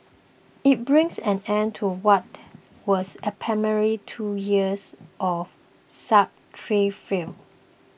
it brings an end to what was apparently two years of